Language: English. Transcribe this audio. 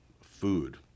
food